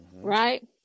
right